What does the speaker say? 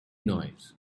noise